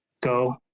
go